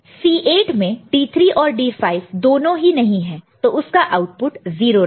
C8 में D3 और D5 दोनों ही नहीं है तो उसका आउटपुट 0 रहेगा